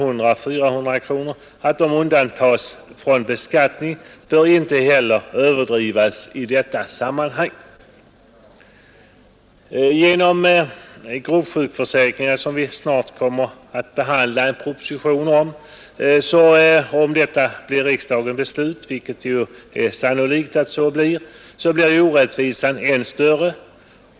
undantas från beskattning bör inte heller överdrivas i detta sammanhang.” Om riksdagen kommer att besluta i enlighet med den proposition som är framlagd om gruppsjukförsäkringar — och det är sannolikt — blir orättvisan än större.